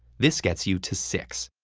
this gets you to six.